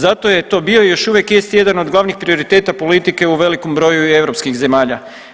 Zato je to bio i još uvijek jest jedan od glavnih prioriteta politike u velikom broju i europskih zemalja.